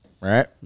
right